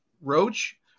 Roach